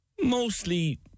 mostly